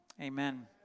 amen